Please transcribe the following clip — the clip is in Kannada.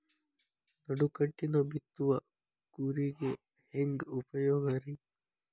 ನಡುಕಟ್ಟಿನ ಬಿತ್ತುವ ಕೂರಿಗೆ ಹೆಂಗ್ ಉಪಯೋಗ ರಿ?